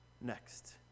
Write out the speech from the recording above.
Next